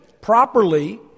properly